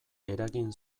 eragin